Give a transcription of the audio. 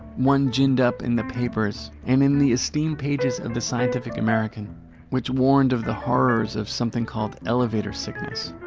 one ginned up in the papers and in the esteemed pages of the scientific american which warned of the horrors of something called elevator sickness.